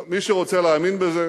טוב, מי שרוצה להאמין בזה